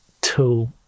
tool